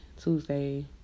Tuesday